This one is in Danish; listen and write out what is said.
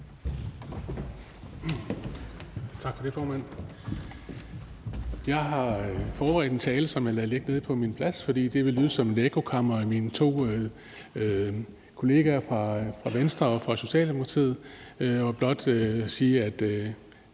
Tak for det, formand. Jeg har forberedt en tale, som jeg lader ligge nede på min plads, for det vil lyde som et ekko af mine to kollegaer fra Venstre og Socialdemokratiet, så jeg vil blot sige, at